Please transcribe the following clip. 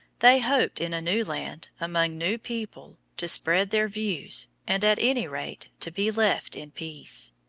they hoped in a new land, among new people, to spread their views, and, at any rate, to be left in peace.